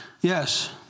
Yes